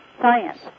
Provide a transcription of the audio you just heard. science